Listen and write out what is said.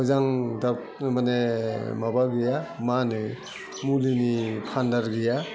मोजां माने माबा गैया मा होनो मुलिनि फान्डार गैया